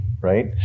right